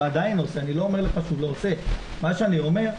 ועדיין עושה אני לא אומר לך שהוא לא עושה מה שאני אומר,